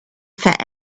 fat